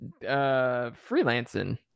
freelancing